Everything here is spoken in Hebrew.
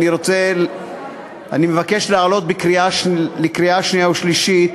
אני מבקש להעלות לקריאה שנייה ושלישית